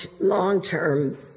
long-term